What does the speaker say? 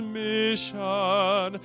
mission